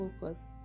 focus